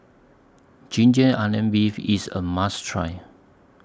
Ginger Onions Beef IS A must Try